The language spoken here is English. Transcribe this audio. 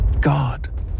God